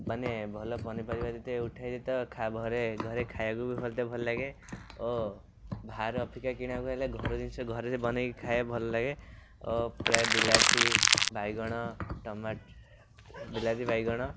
ମାନେ ଭଲ ପନିପରିବା ଯଦି ତ ଘରେ ଘରେ ଖାଇବାକୁ ମୋତେ ଭଲ ଲାଗେ ଓ ବାହାର ଘର ଜିନିଷ ଘରେ ବନେଇକି ଖାଇବାକୁ ଭଲ ଲାଗେ ଓ ପ୍ରାୟ ବିଲାତି ବାଇଗଣ ଟମାଟୋ ବିଲାତିବାଇଗଣ